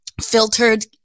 filtered